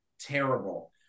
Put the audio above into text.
terrible